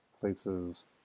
places